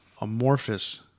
Amorphous